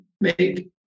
make